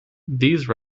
these